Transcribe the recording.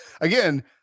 again